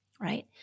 right